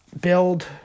Build